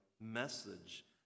message